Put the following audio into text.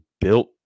built